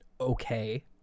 okay